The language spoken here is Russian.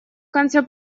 конце